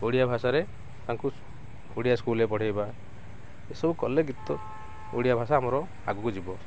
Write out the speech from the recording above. ଓଡ଼ିଆ ଭାଷାରେ ତାଙ୍କୁ ଓଡ଼ିଆ ସ୍କୁଲରେ ପଢ଼ାଇବା ଏସବୁ କଲେ ଗୀତ ଓଡ଼ିଆ ଭାଷା ଆମର ଆଗକୁ ଯିବ